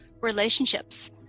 relationships